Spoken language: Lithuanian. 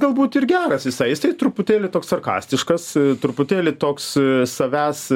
galbūt ir geras jisai jisai truputėlį toks sarkastiškas truputėlį toks savęs